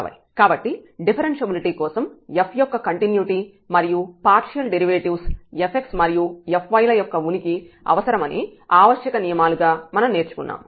zaxbΔy1x2y కాబట్టి డిఫరెన్ష్యబిలిటీ కోసం f యొక్క కంటిన్యుటీ మరియు పార్షియల్ డెరివేటివ్స్ fx మరియు fy ల యొక్క ఉనికి అవసరమని ఆవశ్యక నియమాలుగా మనం నేర్చుకున్నాము